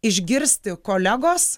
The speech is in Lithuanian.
išgirsti kolegos